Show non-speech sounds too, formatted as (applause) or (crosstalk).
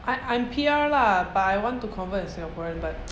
I I'm P_R lah but I want to convert in singaporean but (noise)